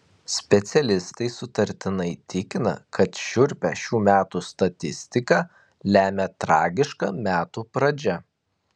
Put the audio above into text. specialistai sutartinai tikina kad šiurpią šių metų statistiką lemia tragiška metų pradžia